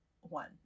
one